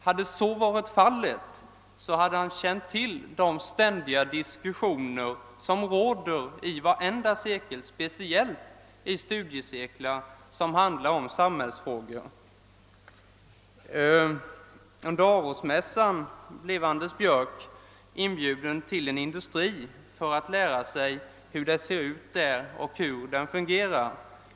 Hade så varit fallet hade han känt till de ständiga diskussioner som råder i varenda cirkel, speciellt i studiecirklar om samhällsfrågor. Under Arosmässan blev herr Björck inbjuden till en industri för att lära sig hur en sådan ser ut och hur den fungerar.